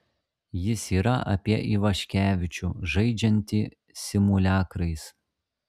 jis yra apie ivaškevičių žaidžiantį simuliakrais